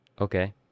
Okay